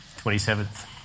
27th